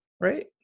right